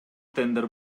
тендер